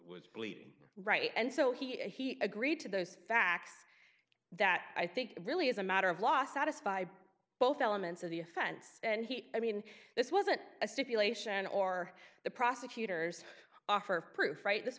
was bleeding right and so he agreed to those facts that i think it really is a matter of law satisfy both elements of the offense and he i mean this wasn't a stipulation or the prosecutor's offer of proof right this